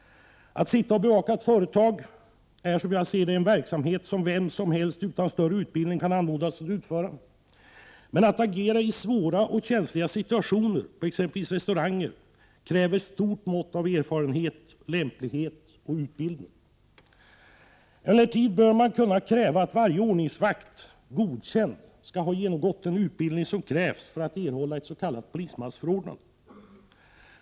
Att sitta och bevaka ett företag är, som jag ser det, en verksamhet som vem som helst utan större utbildning kan anmodas att utföra. Men att agera i svåra och känsliga situationer på exempelvis restauranger kräver ett stort mått av erfarenhet, lämplighet och utbildning. Man bör kunna kräva att varje godkänd ordningsvakt skall ha genomgått den utbildning som krävs för att erhålla ett s.k. polismansförordnande.